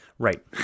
Right